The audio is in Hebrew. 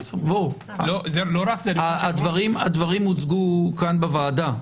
הדברים הוצגו כאן בוועדה.